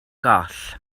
goll